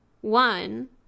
One